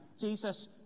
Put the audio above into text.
Jesus